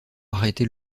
arrêter